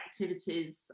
activities